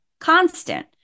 constant